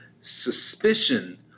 suspicion